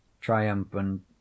triumphant